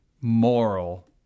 moral